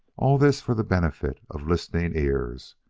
all this for the benefit of listening ears.